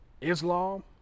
Islam